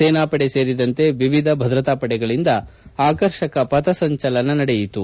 ಸೇನಾಪಡೆ ಸೇರಿದಂತೆ ವಿವಿಧ ಭದ್ರತಾಪಡೆಗಳಿಂದ ಆಕರ್ಷಕ ಪಥಸಂಚಲನ ನಡೆಯಿತು